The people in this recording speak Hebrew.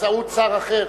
באמצעות שר אחר.